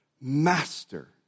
master